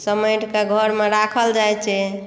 समेट कऽ घरमे राखल जाइत छै